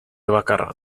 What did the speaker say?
bakarra